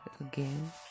again